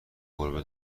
گربه